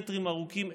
מטרים ארוכים,